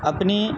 اپنی